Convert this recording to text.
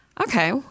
Okay